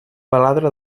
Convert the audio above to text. baladre